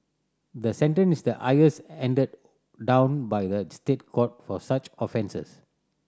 the sentence is the highest handed down by the State Court for such offences